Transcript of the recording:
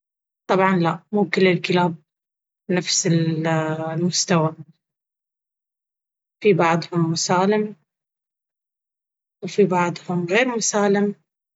طبعاً لا مو كل الكلاب نفس ال المستوى… في بعضهم مسالم وفي بعضهم غير مسالم.